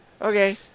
okay